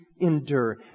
endure